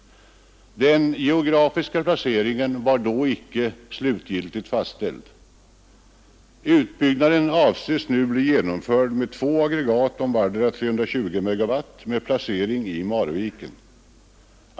Den geografiska placeringen var då inte slutgiltigt fastställd. Utbyggnaden avses nu bli genomförd med två aggregat om vardera 320 MW med placering i Marviken.